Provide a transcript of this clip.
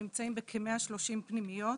נמצאים בכ-130 פנימיות.